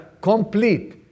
complete